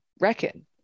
reckon